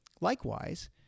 Likewise